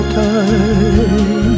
time